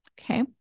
Okay